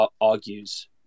argues